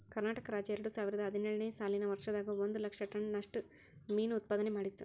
ಕರ್ನಾಟಕ ರಾಜ್ಯ ಎರಡುಸಾವಿರದ ಹದಿನೇಳು ನೇ ಸಾಲಿನ ವರ್ಷದಾಗ ಒಂದ್ ಲಕ್ಷ ಟನ್ ನಷ್ಟ ಮೇನು ಉತ್ಪಾದನೆ ಮಾಡಿತ್ತು